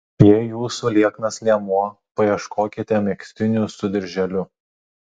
jei jūsų lieknas liemuo paieškokite megztinių su dirželiu